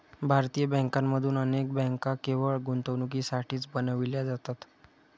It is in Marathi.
भारतीय बँकांमधून अनेक बँका केवळ गुंतवणुकीसाठीच बनविल्या जातात